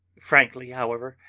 frankly, however,